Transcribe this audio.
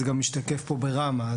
וזה משתקף בראמ"ה.